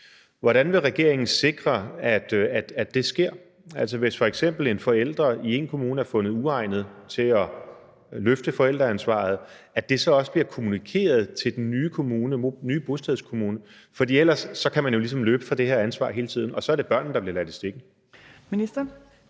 Hvordan vil regeringen sikre, at det sker, altså at det, hvis f.eks. en forælder i én kommune er fundet uegnet til at løfte forældreansvaret, så også bliver kommunikeret til den nye bostedskommune? For ellers kan man jo ligesom hele tiden løbe fra det her ansvar, og så er det børnene, der bliver ladt i stikken. Kl.